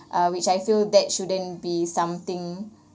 uh which I feel that shouldn't be something